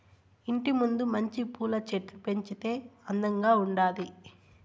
ఇంటి ముందు మంచి పూల చెట్లు పెంచితే అందంగా ఉండాది